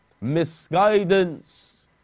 misguidance